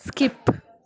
skip